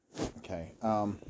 Okay